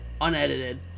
unedited